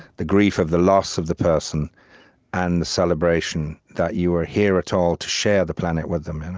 the grief of the loss of the person and the celebration that you were here at all to share the planet with them, and